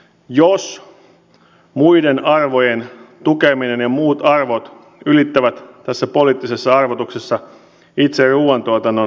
jos muiden arvojen tukeminen ja muut arvot ylittävät tässä poliittisessa arvotuksessa itse ruuantuotannon